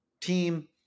team